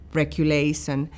regulation